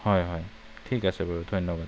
হয় হয় ঠিক আছে বাৰু ধন্যবাদ